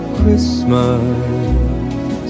Christmas